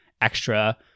extra